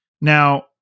Now